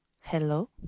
Hello